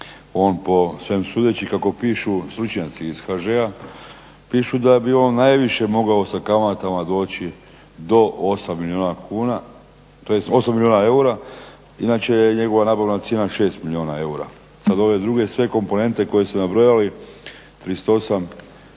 On po svem sudeći kako pišu stručnjaci iz HŽ-a pišu da bi on najviše mogao sa kamatama doći do 8 milijuna kuna, tj. 8 milijuna eura. Inače je njegova nabavna cijena 6 milijuna eura. Sad ove druge sve komponente koje ste nabrojali 38 tisuća,